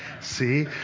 See